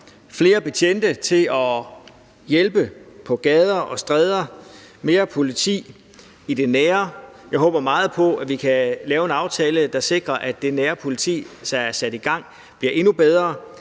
flere betjente til at hjælpe på gader og stræder, mere politi i det nære. Jeg håber meget på, at vi kan lave en aftale, der sikrer, at det nære politi, der er sat i gang, bliver endnu bedre,